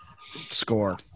Score